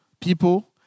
people